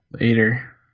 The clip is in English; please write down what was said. Later